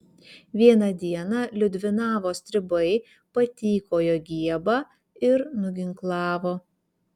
vieną dieną liudvinavo stribai patykojo giebą ir nuginklavo